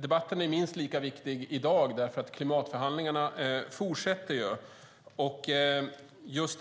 Debatten är dock minst lika viktig i dag, för klimatförhandlingarna fortsätter.